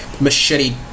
machete